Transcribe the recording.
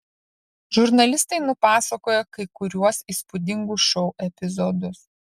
žurnalistai nupasakoja kai kuriuos įspūdingus šou epizodus